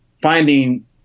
finding